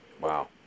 wow